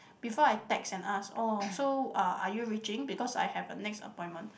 before I text and ask orh so ah are you reaching because I have a next appointment